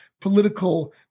political